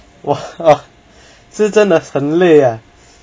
我 ugh 是真的很累 eh